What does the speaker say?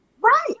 right